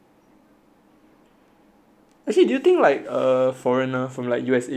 actually do you think like a foreigner from like U_S_A will understand what we're saying